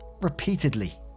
repeatedly